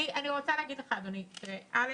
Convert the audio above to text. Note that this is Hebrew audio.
אני רוצה להגיד לך, אדוני, א',